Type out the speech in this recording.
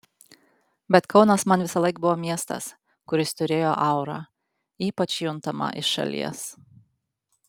bet kaunas man visąlaik buvo miestas kuris turėjo aurą ypač juntamą iš šalies